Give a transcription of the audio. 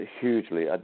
hugely